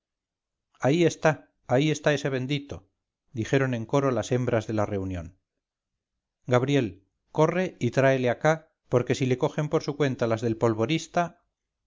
ahí está ahí está ese bendito dijeron en coro las hembras de la reunión gabriel corre y tráele acá porque si le cogen por su cuenta las del